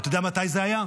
אתה יודע מתי זה היה?